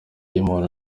y’umuntu